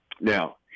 now